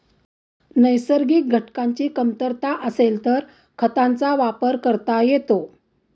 नैसर्गिक घटकांची कमतरता असेल तर खतांचा वापर करता येतो